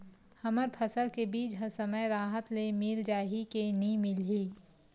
हमर फसल के बीज ह समय राहत ले मिल जाही के नी मिलही?